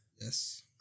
Yes